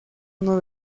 uno